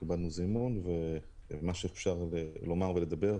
קיבלנו זימון ונגיד מה שאפשר להגיד.